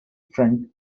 front